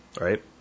right